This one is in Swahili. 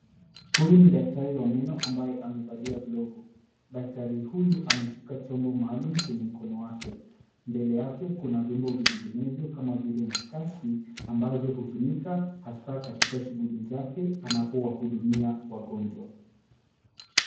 Huyu ni daktari wa meno ambaye amevalia glovu. Daktari huyu ameshika chombo maalumu kwenye mkono wake. Mbele yake kuna vyombo vinginevyo kama vile makasi ambazo hutumika hasa katika shughuli zake anapowahudumia wagonjwa.